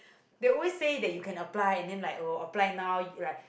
they always said that you can apply and then like oh apply now like